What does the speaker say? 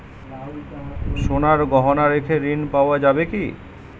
সোনার গহনা রেখে ঋণ পাওয়া যাবে কি?